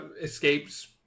escapes